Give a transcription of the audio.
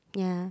yeah